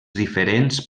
diferents